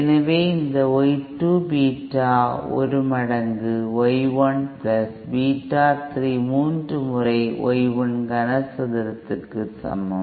எனவே இந்த Y 2 beta 1 மடங்கு Y 1 பீட்டா 3 முறை Y 1 கனசதுரத்திற்கு சமம்